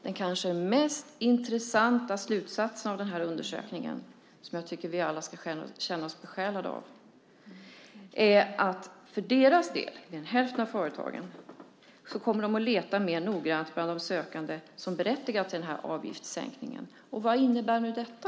Den kanske mest intressanta slutsatsen av denna undersökning, som jag tycker att vi alla ska känna oss besjälade av, är dock att mer än hälften av företagarna kommer att leta mer noggrant bland de sökande som berättigar till denna avgiftssänkning. Vad innebär då detta?